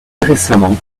récemment